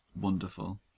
wonderful